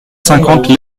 cinquante